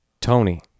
Tony